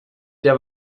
der